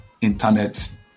internet